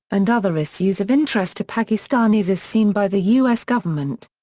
and other issues of interest to pakistanis as seen by the us government.